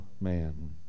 man